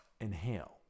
Inhale